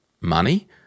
money